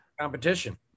competition